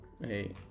hey